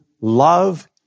love